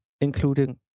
including